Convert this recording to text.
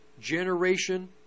generation